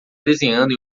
desenhando